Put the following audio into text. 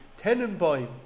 Tenenbaum